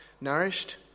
nourished